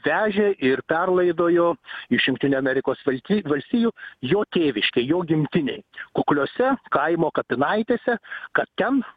vežė ir perlaidojo iš jungtinių amerikos valti valstijų jo tėviškėj jo gimtinėj kukliose kaimo kapinaitėse kad ten